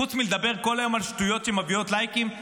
חוץ מלדבר כל היום על שטויות שמביאות לייקים?